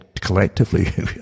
collectively